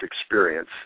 experience